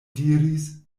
diris